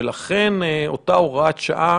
ולכן אותה הוראת שעה,